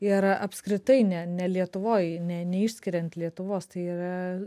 ir apskritai ne ne lietuvoj ne neišskiriant lietuvos tai yra